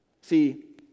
See